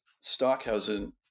Stockhausen